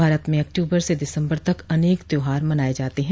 भारत में अक्टूबर से दिसंबर तक अनेक त्यौहार मनाए जाते हैं